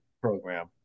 program